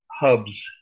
hubs